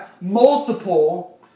multiple